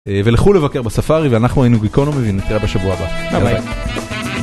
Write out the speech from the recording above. ולכו לבקר בספארי ואנחנו היינו ביקונומים נתראה בשבוע הבא. בי בי.